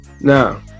Now